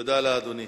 תודה לאדוני.